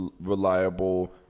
reliable